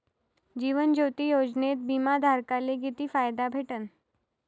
जीवन ज्योती योजनेत बिमा धारकाले किती फायदा भेटन?